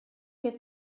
che